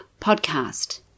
podcast